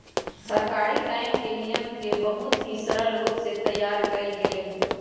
सहकारी बैंक के नियम के बहुत ही सरल रूप से तैयार कइल गैले हई